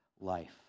life